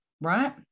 right